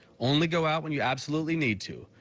only go out when you absolutely need to.